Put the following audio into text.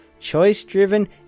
choice-driven